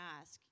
ask